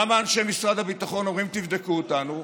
למה אנשי משרד הביטחון אומרים: תבדקו אותנו?